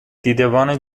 دیدبان